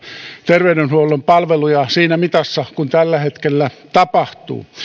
ter veydenhuollon palveluja siinä mitassa kuin tällä hetkellä tapahtuu